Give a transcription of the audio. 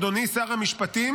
אדוני שר המשפטים,